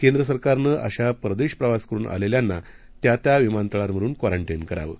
केंद्र सरकारनं अशा परदेश प्रवास करून आलेल्यांना त्या त्या विमानतळांवरून क्वारंटाईन करावं